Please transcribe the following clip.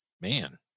Man